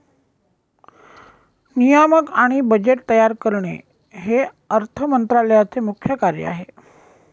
नियामक आणि बजेट तयार करणे हे अर्थ मंत्रालयाचे मुख्य कार्य आहे